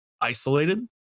isolated